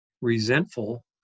resentful